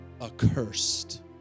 accursed